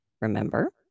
remember